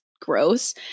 gross